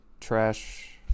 trash